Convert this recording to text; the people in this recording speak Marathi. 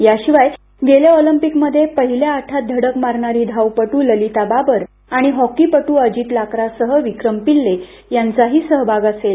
याशिवाय गेल्या ऑलिंपिकमध्ये पहिल्या आठात धडक मारणारी धावपट् ललिता बाबर आणि हॉकीपट् अजित लाकरासह विक्रम पिल्ले यांचाही सहभाग असेल